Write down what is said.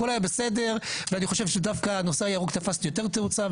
הכול היה בסדר ואני חושב שדווקא הנושא הירוק תפס יותר תאוצה.